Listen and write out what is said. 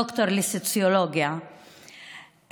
דוקטור לסוציולוגיה,